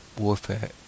warfare